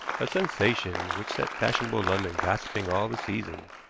a sensation which set fashionable london gossiping all the season,